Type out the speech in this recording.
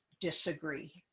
disagree